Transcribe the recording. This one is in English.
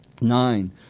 Nine